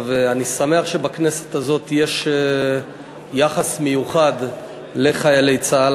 אני שמח שבכנסת הזאת יש יחס מיוחד לחיילי צה"ל.